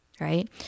right